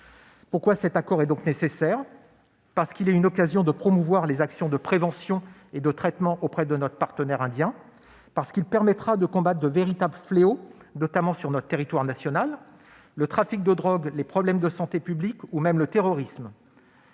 Cet accord est nécessaire, parce qu'il constitue une occasion de promouvoir les actions de prévention et de traitement auprès de notre partenaire indien et parce qu'il permettra de combattre de véritables fléaux, notamment sur notre territoire national- le trafic de drogue, les problèmes de santé publique ou même le terrorisme.